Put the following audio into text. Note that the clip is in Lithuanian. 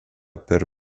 per